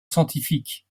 scientifique